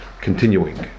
continuing